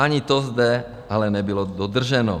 Ani to zde ale nebylo dodrženo.